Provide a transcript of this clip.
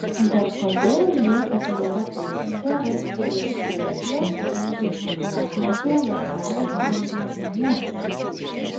bet kodėl niekad nėra pavykę rasti restrikcijos endonukleazę ląstelės branduolyje